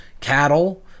cattle